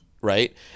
right